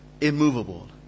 immovable